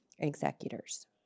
executors